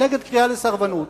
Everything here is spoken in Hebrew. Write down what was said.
ונגד קריאה לסרבנות,